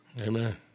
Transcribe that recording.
Amen